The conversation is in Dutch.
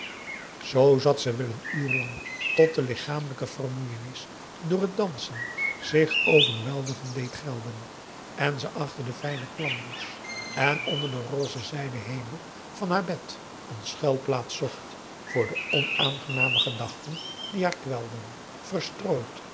zat ze wel een uur lang tot de lichamelijke vermoeienis door t dansen zich overweldigend deed gelden en ze achter de fijne klamboes en onder den rosen zijden hemel van haar bed een schuilplaats zocht voor de onaangename gedachten die haar kwelden